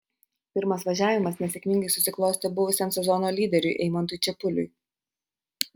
pirmas važiavimas nesėkmingai susiklostė buvusiam sezono lyderiui eimantui čepuliui